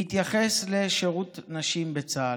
בהתייחס לשירות נשים בצה"ל,